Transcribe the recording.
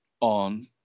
on